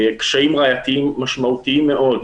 קשיים ראייתיים משמעותיים מאוד,